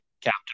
Captain